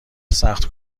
سخت